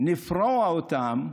לפרוע אותם,